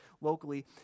locally